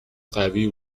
قوی